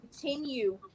continue